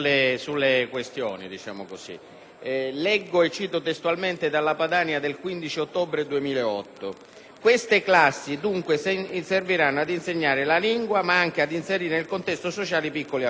Leggo e cito testualmente da «la Padania» del 15 ottobre 2008: «Queste classi dunque serviranno ad insegnare la lingua, ma anche ad inserire nel contesto sociale i piccoli alunni».